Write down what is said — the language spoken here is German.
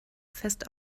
fest